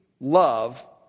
love